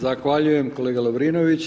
Zahvaljujem kolega Lovrinović.